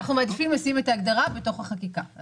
אנחנו מעדיפים לשים את ההגדרה בתוך החקיקה.